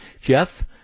Jeff